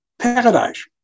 Paradise